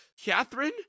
Catherine